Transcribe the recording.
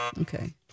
Okay